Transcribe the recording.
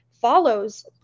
follows